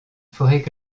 forêt